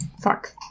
fuck